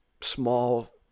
small